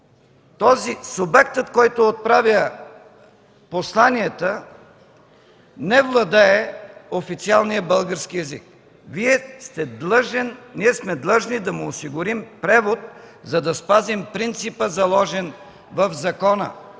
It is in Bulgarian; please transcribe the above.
който субектът, който отправя посланията, не владее официалния български език. Ние сме длъжни да му осигурим превод, за да спазим принципа, заложен в закона